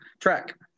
track